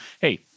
hey